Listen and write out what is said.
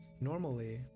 Normally